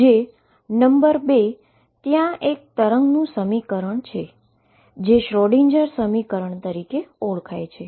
જે નંબર 2 ત્યાં એક વેવનું સમીકરણ છે જે શ્રોડિંજરનાSchrödinger સમીકરણ તરીકે ઓળખાય છે